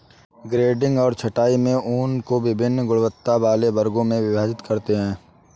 grading और छँटाई में ऊन को वभिन्न गुणवत्ता वाले वर्गों में विभाजित करते हैं